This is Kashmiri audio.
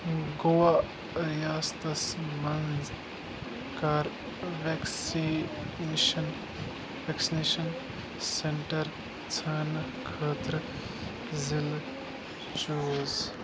گوا ریاستس مَنٛز کر وٮ۪کسیٖنیٚشن وٮ۪کسِنیٚشن سینٹر ژھانڈنہٕ خٲطرٕ ضلعہٕ چوٗز